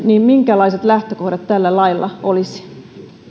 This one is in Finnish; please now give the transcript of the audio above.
minkälaiset lähtökohdat tällä lailla olisi